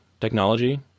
technology